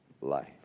life